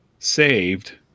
saved